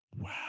Wow